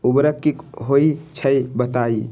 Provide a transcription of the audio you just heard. उर्वरक की होई छई बताई?